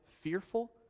fearful